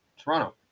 toronto